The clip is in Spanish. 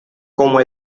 como